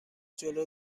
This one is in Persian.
جلو